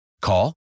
Call